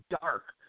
dark